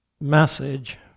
message